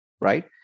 right